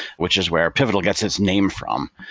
which is where pivotal gets its name from.